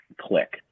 click